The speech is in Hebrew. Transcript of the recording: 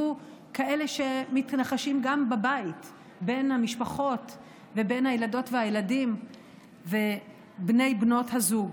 כאלה שמתרחשים גם בבית בין המשפחות ובין הילדות והילדים ובני בנות הזוג.